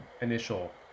initial